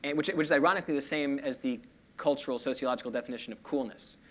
and which which is ironically the same as the cultural sociological definition of coolness,